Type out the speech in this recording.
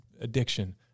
addiction